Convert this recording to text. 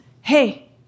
Hey